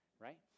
right